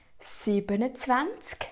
27